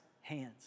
hands